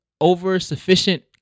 over-sufficient